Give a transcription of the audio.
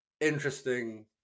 interesting